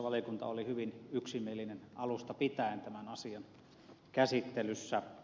valiokunta oli hyvin yksimielinen alusta pitäen tämän asian käsittelyssä